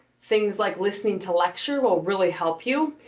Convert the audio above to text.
things like listening to lecture will really help you.